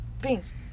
beans